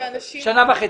שנה וחצי.